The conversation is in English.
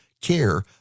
care